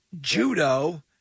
Judo